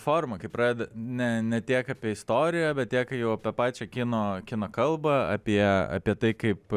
forma kai pradeda ne ne tiek apie istoriją bet tiek jau apie pačią kino kino kalbą apie apie tai kaip